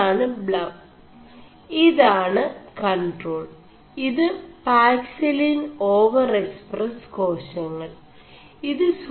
ഇതാണ് ബ് ഇത്കൺേ4ടാൾ ഇത് പാക്സിലിൻ ഓവർ എക്സ്4പø് േകാശÆൾ